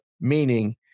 Meaning